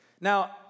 Now